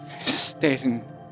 stating